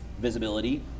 visibility